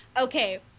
Okay